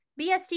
BST